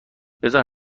بزار